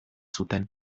zuten